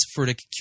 Furtick